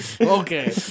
Okay